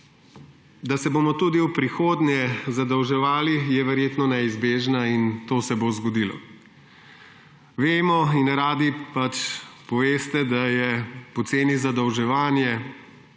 da se bomo tudi v prihodnje zadolževali, je verjetno neizbežna in to se bo zgodilo. Vemo in radi poveste, da je poceni zadolževanje